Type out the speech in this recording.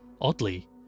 Oddly